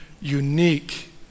unique